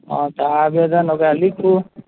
हँ तऽ आबेदन ओकरा लिखू